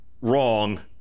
wrong